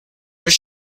were